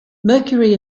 mercury